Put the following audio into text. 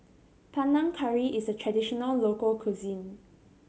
Panang Curry is a traditional local cuisine